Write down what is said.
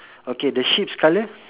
okay the sheep's colour